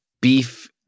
Beef